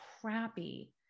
crappy